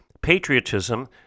patriotism